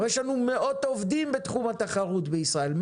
אבל יש לנו מאות עובדים בתחום התחרות בישראל,